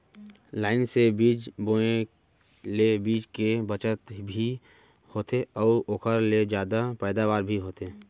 line से बीज बोए ले बीच के बचत भी होथे अउ ओकर ले जादा पैदावार भी होथे